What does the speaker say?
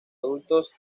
adultos